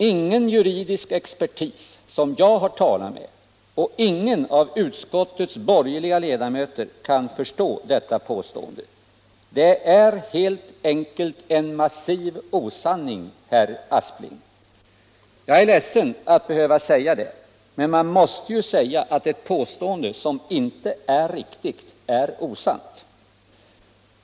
Ingen juridisk expertis 53 som jag har talat med och ingen av utskottets borgerliga ledamöter kan förstå detta påstående. Det är helt enkelt en massiv osanning, herr Aspling. Jag är ledsen över att behöva säga det, men man måste ju säga att ett påstående som inte är riktigt är osant.